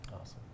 Awesome